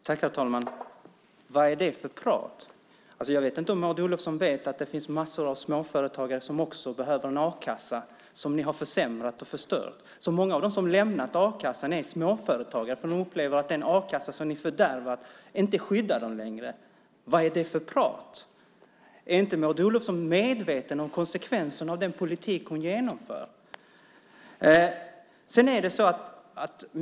Herr talman! Vad är det för prat? Jag vet inte om Maud Olofsson vet att det finns massor av småföretagare som också behöver en a-kassa, som ni har försämrat och förstört. Många av dem som lämnat a-kassan är småföretagare, för de upplever att den a-kassa som ni fördärvat inte skyddar dem längre. Vad är det för prat? Är inte Maud Olofsson medveten om konsekvensen av den politik hon genomför?